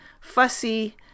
fussy